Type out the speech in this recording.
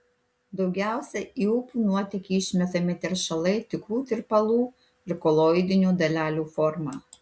daugiausiai į upių nuotėkį išmetami teršalai tikrų tirpalų ir koloidinių dalelių forma